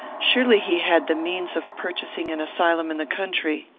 surely he had the means of purchasing an asylum in the country.